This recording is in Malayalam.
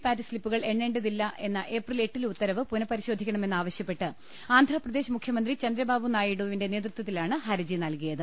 പാറ്റ് സ്ളിപ്പുകൾ എണ്ണേണ്ടതില്ല എന്ന ഏപ്രിൽ എട്ടിലെ ഉത്തരവ് പുനഃപരിശോധിക്കണമെന്ന് ആവശ്യ പ്പെട്ട് ആന്ധ്രപ്രദേശ് മുഖ്യമന്ത്രി ചന്ദ്രബാബു നായിഡുവിന്റെ നേതൃത്വത്തിലാണ് ഹരജി നൽകിയത്